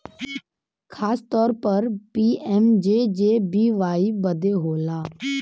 खासतौर पर पी.एम.जे.जे.बी.वाई बदे होला